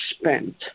spent